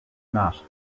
matt